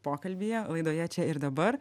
pokalbyje laidoje čia ir dabar